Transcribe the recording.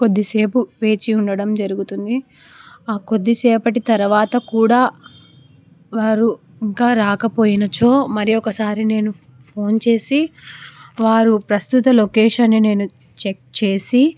కొద్దిసేపు వేచి ఉండడం జరుగుతుంది ఆ కొద్దిసేపటి తర్వాత కూడా వారు ఇంకా రాకపోయినచో మరి ఒకసారి నేను ఫోన్ చేసి వారు ప్రస్తుత లొకేషన్ని నేను చెక్ చేసి